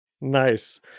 Nice